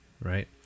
right